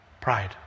Pride